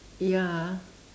ya